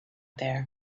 there